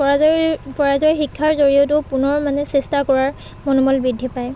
পৰাজয়ীৰ পৰাজয়ী শিক্ষাৰ জৰিয়তেও পুনৰ মানে চেষ্টা কৰাৰ মনোবল বৃদ্ধি পায়